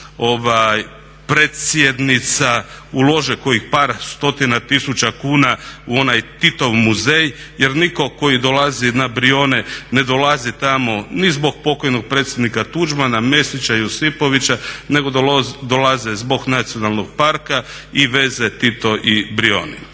predsjednica ulože kojih par stotina tisuća kuna u onaj Titov muzej jer nitko tko i dolazi na Brione ne dolazi tamo ni zbog pokojnog predsjednika Tuđmana, Mesića, Josipovića nego dolaze zbog nacionalnog parka i veze Tito i Brijuni.